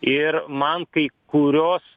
ir man kai kurios